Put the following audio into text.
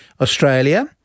Australia